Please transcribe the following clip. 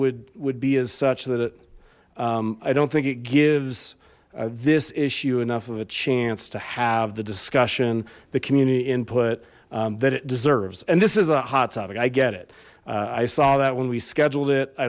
would would be as such that it i don't think it gives this issue enough of a chance to have the discussion the community input that it deserves and this is a hot topic i get it i saw that when we scheduled it i